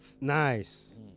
Nice